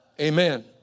Amen